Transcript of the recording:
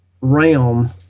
realm –